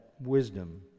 wisdom